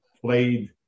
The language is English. played